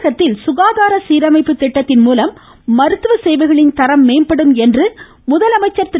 தமிழகத்தில் சுகாதார சீரமைப்பு திட்டத்தின் மூலம் மருத்துவ சேவைகளின் தரம் மேம்படும் என்று முதலமைச்சர் திரு